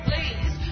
please